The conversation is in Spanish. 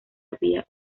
había